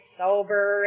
sober